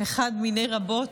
אחד מני רבים,